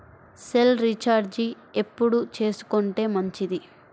Cell recharge ఎప్పుడు చేసుకొంటే మంచిది?